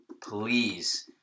please